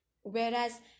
whereas